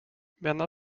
werner